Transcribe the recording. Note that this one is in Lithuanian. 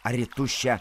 ar į tuščią